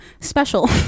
special